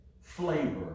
flavor